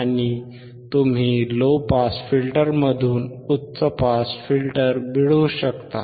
आणि तुम्ही low pass फिल्टरमधून उच्च पास फिल्टर मिळवू शकता